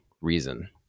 reason